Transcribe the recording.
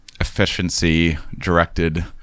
efficiency-directed